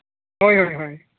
ᱦᱳᱭ ᱦᱳᱭ